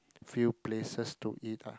few places to eat lah